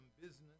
business